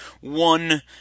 one